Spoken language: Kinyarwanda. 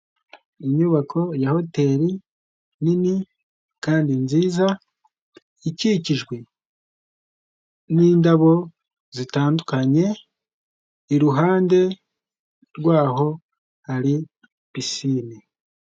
Inyubako ya hoteri nini kandi nziza, ikikijwe n'indabo zitandukanye, iruhande rwaho hari pisine.